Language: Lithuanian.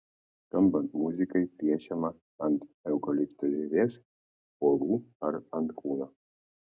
skambant muzikai piešiama ant eukalipto žievės uolų ar ant kūno